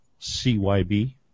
CYB